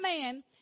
man